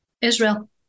Israel